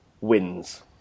wins